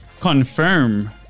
confirm